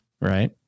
Right